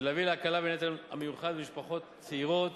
ולהביא להקלה בנטל, במיוחד על משפחות צעירות.